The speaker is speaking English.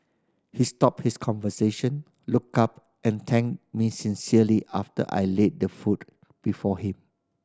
he stopped his conversation looked up and thanked me sincerely after I laid the food before him